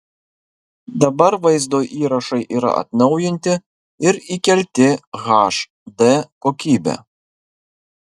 dabar vaizdo įrašai yra atnaujinti ir įkelti hd kokybe